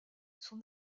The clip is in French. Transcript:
son